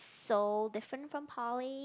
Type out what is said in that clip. so different from poly